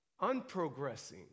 unprogressing